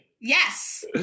Yes